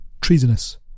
treasonous